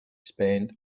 spend